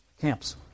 camps